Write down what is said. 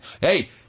Hey